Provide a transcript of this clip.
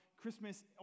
Christmas